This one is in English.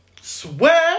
Swear